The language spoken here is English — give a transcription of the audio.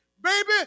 baby